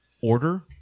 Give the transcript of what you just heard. order